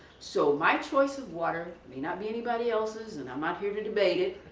so my choice of water may not be anybody else's and i am not here to debate it,